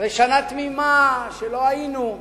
אחרי שנה תמימה שלא היינו,